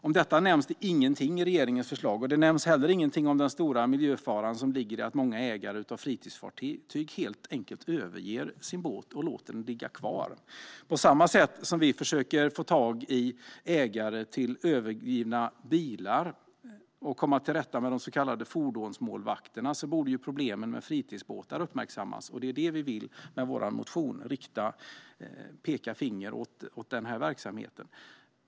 Om detta nämns ingenting i regeringens förslag, och det nämns heller ingenting om den stora miljöfara som ligger i att många ägare av fritidsfartyg helt enkelt överger sin båt och låter den ligga kvar. På samma sätt som vi försöker få tag i ägare till övergivna bilar och komma till rätta med de så kallade fordonsmålvakterna borde problemen med fritidsbåtar uppmärksammas, och med vår motion vill vi peka på den verksamheten.